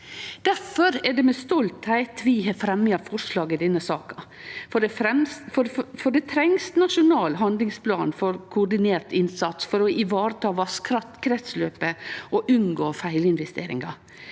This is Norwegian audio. Difor er det med stoltheit vi har fremja forslag i denne saka, for det trengst ein nasjonal handlingsplan for koordinert innsats for å ivareta vasskraftkretsløpet og unngå feilinvesteringar.